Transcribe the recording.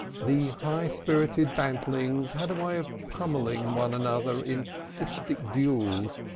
the high-spirited bantlings had a way of pummelling one another in fistic duels,